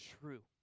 true